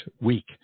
week